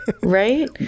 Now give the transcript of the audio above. Right